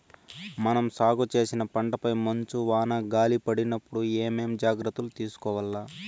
మనం సాగు చేసిన పంటపై మంచు, వాన, గాలి పడినప్పుడు ఏమేం జాగ్రత్తలు తీసుకోవల్ల?